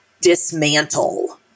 dismantle